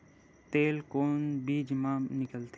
तेल कोन बीज मा निकलथे?